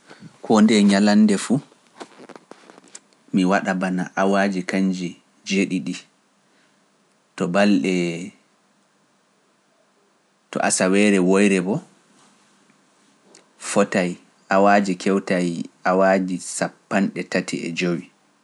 Koo nde ñalande fu, mi waɗa bana awaaji kanji jeeɗiɗi(seven hrs) to balɗe to asaweere woyre bo fotay awaaji kewtay awaaji sappanɗe tati e jowi(thirty five hrs).